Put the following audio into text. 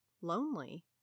lonely